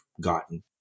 gotten